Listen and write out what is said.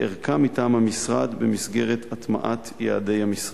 כערכה מטעם המשרד במסגרת הטמעת יעדי המשרד.